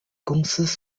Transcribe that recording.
公司